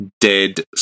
dead